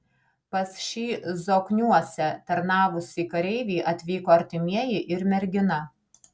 pas šį zokniuose tarnavusį kareivį atvyko artimieji ir mergina